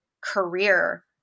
career